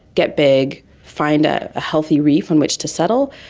get big, find a healthy reef in which to settle,